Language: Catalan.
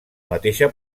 mateixa